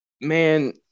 man